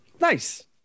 Nice